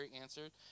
answered